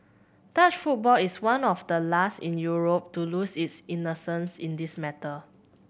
Dutch football is one of the last in Europe to lose its innocence in this matter